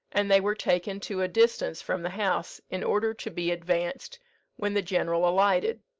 and they were taken to a distance from the house, in order to be advanced when the general alighted.